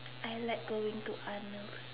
I like going to Arnold's